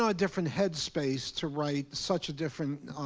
ah different headspace to write such a different.